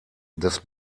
des